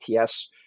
ATS